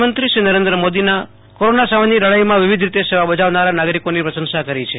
પ્રધાનમંત્રી નરેન્દ્ર મોદીએ કોરોના સામેની લડાઇમાં વિવિધ રીતે સેવા બજાવનારા નાગરિકોની પ્રશંસા કરી છે